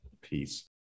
Peace